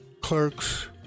clerks